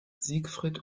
siegfried